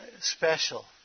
special